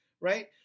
right